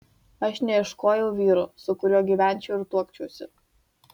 aš neieškojau vyro su kuriuo gyvenčiau ir tuokčiausi